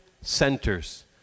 centers